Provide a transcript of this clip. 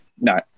No